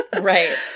Right